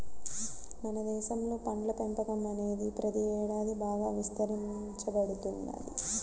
మన దేశంలో పండ్ల పెంపకం అనేది ప్రతి ఏడాది బాగా విస్తరించబడుతున్నది